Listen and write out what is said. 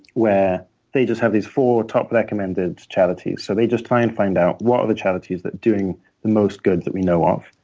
where they just have these four top recommended charities. so they just try and find out what are the charities that are doing the most good that we know of?